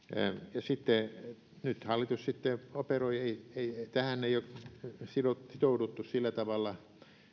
nyt hallitus sitten operoi tähän ei olla sitouduttu sillä tavalla